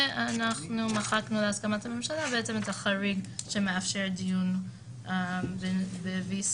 מחקנו בהסכמת הממשלה את החריג שמאפשר דיון ב-VC,